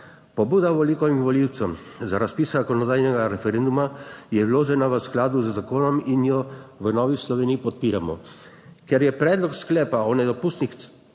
Pobuda volivkam in volivcem za razpis zakonodajnega referenduma je vložena v skladu z zakonom in jo v Novi Sloveniji podpiramo. Ker je Predlog sklepa o nedopustnosti